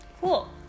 Cool